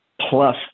plus